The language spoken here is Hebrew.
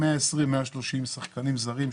כ-120 130 שחקנים זרים.